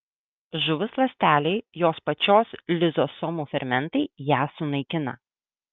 žuvus ląstelei jos pačios lizosomų fermentai ją sunaikina